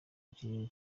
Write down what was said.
ikirere